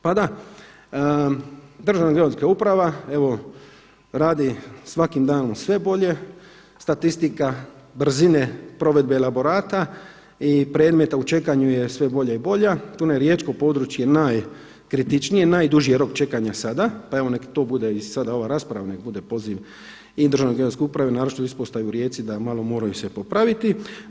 Pa da, Državna geodetska uprava radi svakim danom sve bolje, statistika brzine provedbe elaborata i predmeta u čekanju je sve bolja i bilja, Riječko područje je najkritičnije, najduži je rok čekanja sada, pa evo i neka to bude, sada ova rasprava nek bude poziv u Državnoj geodetskoj upravi a naročito Ispostavi u Rijeci da malo moraju se popraviti.